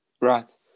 Right